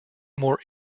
more